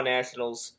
Nationals